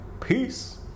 Peace